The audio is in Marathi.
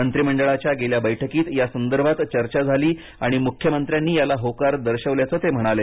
मंत्रीमंडळाच्या गेल्या बैठकीत यासंदर्भात चर्चा झाली आणि मुख्यमंत्र्यांनी याला होकार दर्शवल्याचं ते म्हणाले